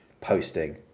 posting